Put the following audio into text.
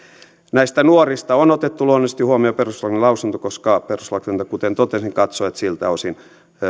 näistä nuorista on otettu luonnollisesti huomioon perustuslakivaliokunnan lausunto koska perustuslakivaliokunta kuten totesin katsoi että siltä osin